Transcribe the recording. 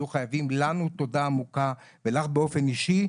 יהיו חייבים לנו תודה עמוקה ולך באופן אישי,